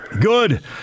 Good